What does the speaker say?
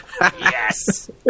Yes